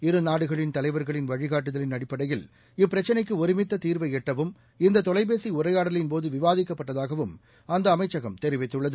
இருநாடுகளின் தலைவர்களின் வழிகாட்டுதலின் அடப்படையில் இப்பிரச்சினைக்குஒருமித்தீர்வைஎட்டவும் இந்ததொலைபேசிஉரையாடலின்போதுவிவாதிக்கப்பட்டதாகவும் அந்தஅமைச்சகம் தெரிவித்துள்ளது